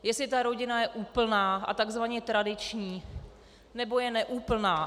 Jestli ta rodina je úplná a takzvaně tradiční, nebo je neúplná.